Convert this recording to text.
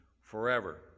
forever